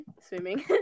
Swimming